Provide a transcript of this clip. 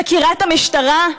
חקירת המשטרה,